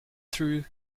threw